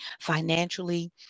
financially